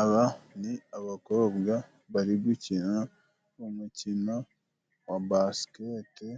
Aba ni abakobwa bari gukina umukino wa baskete,